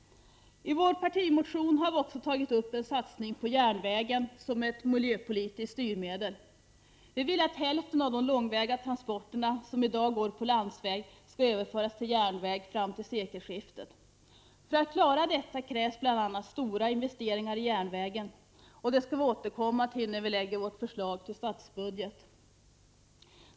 I vår partimotion har vi också tagit upp en satsning på järnvägen som ett miljöpolitiskt styrmedel. Vi vill att hälften av de långväga transporter som i dag går på landsväg skall överföras till järnväg fram till sekelskiftet. För att klara detta krävs bl.a. stora investeringar i järnvägen, och det skall vi återkomma till när vi lägger fram vårt förslag till statsbudget.